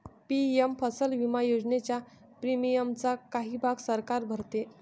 PM फसल विमा योजनेच्या प्रीमियमचा काही भाग सरकार भरते